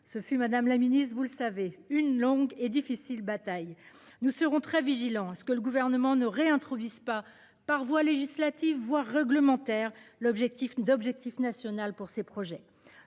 ce fut Madame la Ministre vous le savez une longue et difficile bataille nous serons très vigilants à ce que le gouvernement ne réintroduise pas par voie législative voire réglementaire. L'objectif d'objectif national pour ses projets